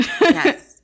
Yes